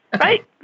Right